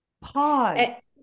Pause